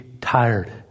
tired